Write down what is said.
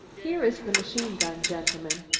here is the machine gun, gentlemen.